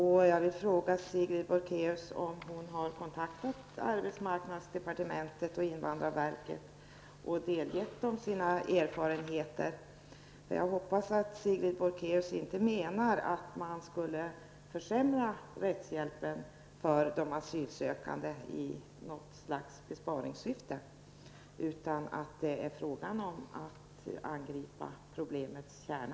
Har Sigrid Bolkéus kontaktat arbetsmarknadsdepartementet och invandrarverket och delgett dem sina erfarenheter? Jag hoppas att Sigrid Bolkéus inte menar att man skulle försämra rättshjälpen för de asylsökande i något slags besparingssyfte utan att det är fråga om att angripa problemets kärna.